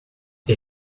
you